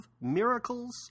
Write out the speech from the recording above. miracles